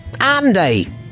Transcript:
Andy